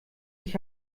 ich